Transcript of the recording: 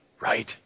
Right